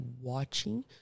watching